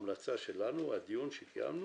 ההמלצה שלנו, הדיון שקיימנו,